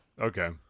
Okay